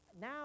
Now